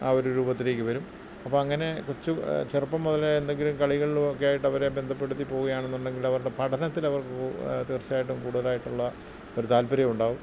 ആ ഒരു രൂപത്തിലേക്ക് വരും അപ്പോള് അങ്ങനെ കൊച്ച് ചെറുപ്പം മുതലേ എന്തെങ്കിലും കളികളിലൊക്കേയിട്ടവരെ ബന്ധപ്പെടുത്തി പോകുകയാണെന്നുണ്ടെങ്കിലവരുടെ പഠനത്തിലവര് തീർച്ചയായിട്ടും കൂടുതലായിട്ടുള്ള ഒരു താൽപ്പര്യമുണ്ടാവും